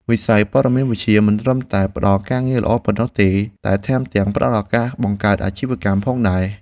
វិស័យព័ត៌មានវិទ្យាមិនត្រឹមតែផ្តល់ការងារល្អប៉ុណ្ណោះទេ តែថែមទាំងផ្តល់ឱកាសបង្កើតអាជីវកម្មផងដែរ។